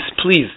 please